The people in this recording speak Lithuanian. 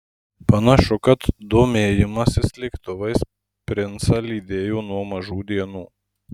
panašu kad domėjimasis lėktuvais princą lydėjo nuo mažų dienų